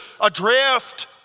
adrift